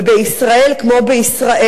בישראל כמו בישראל,